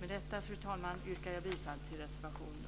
Med detta, fru talman, yrkar jag bifall till reservationen.